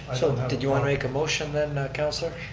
so, did you want to make a motion then, councilor?